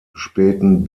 späten